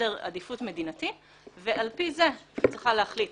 סדר עדיפות מדינתי, ועל פי זה היא צריכה להחליט